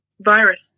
virus